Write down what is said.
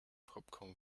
popcorn